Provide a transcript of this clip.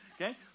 Okay